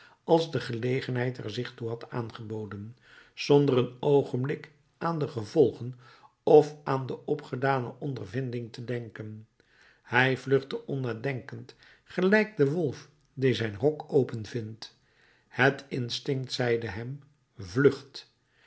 als de gelegenheid er zich toe had aangeboden zonder een oogenblik aan de gevolgen of aan de opgedane ondervinding te denken hij vluchtte onnadenkend gelijk de wolf die zijn hok open vindt het instinct zeide hem vlucht